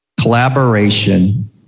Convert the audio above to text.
collaboration